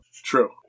True